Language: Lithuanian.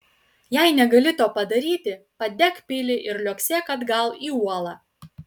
jei negali to padaryti padek pilį ir liuoksėk atgal į uolą